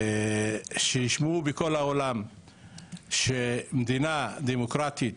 שישמעו בכל העולם שמדינה דמוקרטית